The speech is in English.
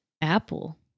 Apple